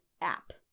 App